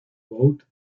boat